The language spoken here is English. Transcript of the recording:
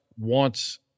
wants